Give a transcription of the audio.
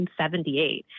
1978